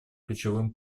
ключевым